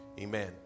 Amen